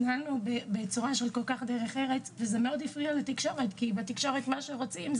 זה הפריע לתקשורת כי בתקשורת אומרים: